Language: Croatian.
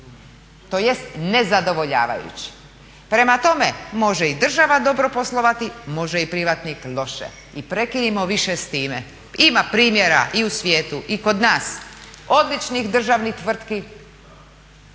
To jest nezadovoljavajući. Prema tome može i država dobro poslovati može i privatnik loše i prekinimo više s time. Ima primjera i u svijetu i kod nas odličnih državnih tvrtki